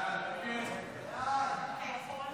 סעיפים 1 2 נתקבלו.